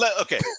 okay